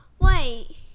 Wait